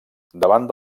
davant